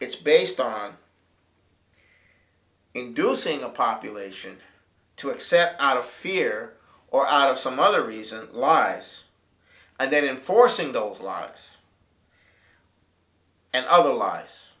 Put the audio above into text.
it's based on inducing a population to accept out of fear or some other reason lives and then forcing those lives and other lives